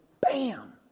bam